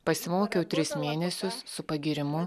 pasimokiau tris mėnesius su pagyrimu